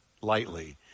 lightly